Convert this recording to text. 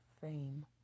Fame